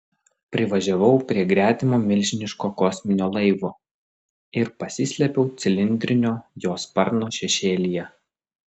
privažiavau prie gretimo milžiniško kosminio laivo ir pasislėpiau cilindrinio jo sparno šešėlyje